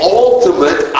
ultimate